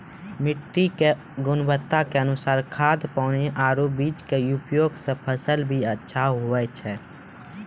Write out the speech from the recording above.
मिट्टी के गुणवत्ता के अनुसार खाद, पानी आरो बीज के उपयोग सॅ फसल भी अच्छा होय छै